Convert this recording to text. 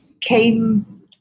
came